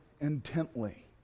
intently